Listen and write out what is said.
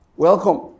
Welcome